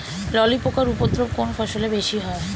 ললি পোকার উপদ্রব কোন ফসলে বেশি হয়?